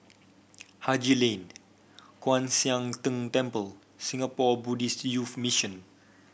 Haji Lane Kwan Siang Tng Temple Singapore Buddhist Youth Mission